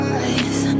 eyes